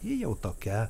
ji jau tokia